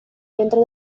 dentro